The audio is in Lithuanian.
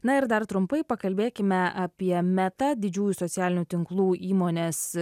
na ir dar trumpai pakalbėkime apie meta didžiųjų socialinių tinklų įmonės